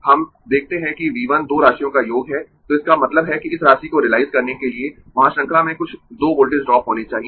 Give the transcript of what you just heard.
हम देखते है कि V 1 दो राशियों का योग है तो इसका मतलब है कि इस राशि को रीलाइज करने के लिए वहां श्रृंखला में कुछ दो वोल्टेज ड्रॉप होना चाहिए